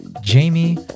Jamie